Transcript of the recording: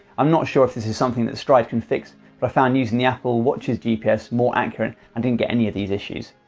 i'm not sure if this is something stryd can fix but found using the apple watch's gps more accurate and i didn't get any of these issues.